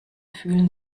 fühlen